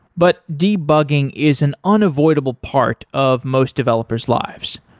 but debugging is an unavoidable part of most developers' lives.